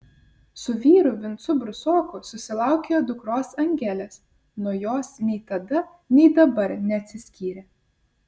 su vyru vincu brusoku susilaukė dukros angelės nuo jos nei tada nei dabar neatsiskyrė